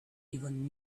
even